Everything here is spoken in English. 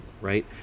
right